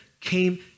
came